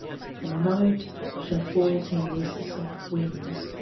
and night shall fold him with soft wings.